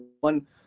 one